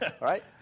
right